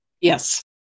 Yes